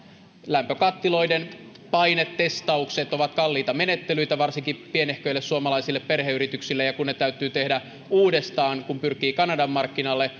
lämpökattiloiden painetestaukset ovat kalliita menettelyitä varsinkin pienehköille suomalaisille perheyrityksille ja kun ne täytyy tehdä uudestaan kun pyrkii kanadan markkinalle